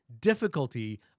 difficulty